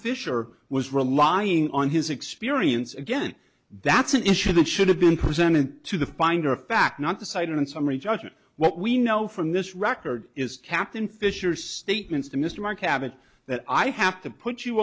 fisher was relying on his experience again that's an issue that should have been presented to the finder of fact not decided on summary judgment what we know from this record is captain fisher's statements to mr mark cavitt that i have to put you